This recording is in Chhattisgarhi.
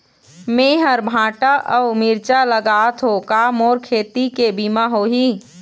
मेहर भांटा अऊ मिरचा लगाथो का मोर खेती के बीमा होही?